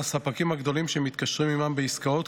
הספקים הגדולים המתקשרים עימם בעסקאות,